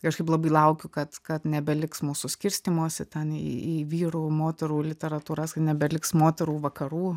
kažkaip labai laukiu kad kad nebeliks mūsų skirstymosi ten į į vyrų moterų literatūras nebeliks moterų vakarų